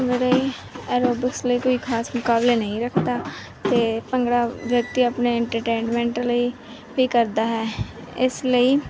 aerobics ਲਈ ਕੋਈ ਖਾਸ ਮੁਕਾਬਲੇ ਨਹੀਂ ਰੱਖਦਾ ਅਤੇ ਭੰਗੜਾ ਵਿਅਕਤੀ ਆਪਣੇ ਇੰਟਰਟੇਂਨਮੇਂਟ ਲਈ ਵੀ ਕਰਦਾ ਹੈ ਇਸ ਲਈ